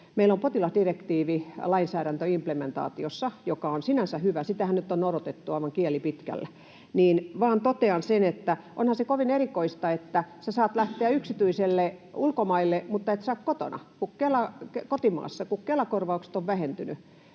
meillä on potilasdirektiivilainsäädäntö implementaatiossa — mikä on sinänsä hyvä, sitähän nyt on odotettu aivan kieli pitkällä. Totean vain sen, että onhan se kovin erikoista, että sinä saat lähteä yksityiselle ulkomaille, mutta kotimaassa et saa, kun Kela-korvaukset ovat vähentyneet.